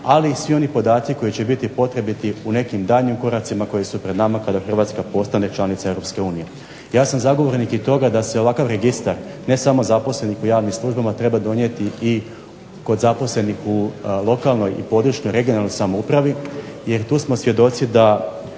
ali i svi oni podaci koji će biti potrebiti u nekim daljnjim koracima koji su pred nama kada Hrvatska postane članica EU. Ja sam zagovornik i toga da se ovakav registar ne samo zaposlenih u javnim službama treba donijeti i kod zaposlenih u lokalnoj i područnoj (regionalnoj) samoupravi jer tu smo svjedoci da